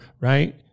right